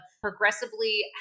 progressively